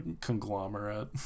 conglomerate